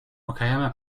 wakayama